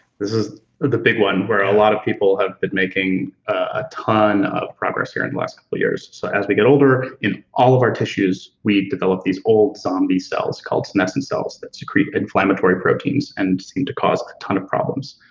this is the big one where a lot of people have been making a ton of progress here in the last couple of years. so as we get older, in all of our tissues, we develop these old zombie cells called senescence cells that secrete inflammatory proteins and seem to cause a ton of problems.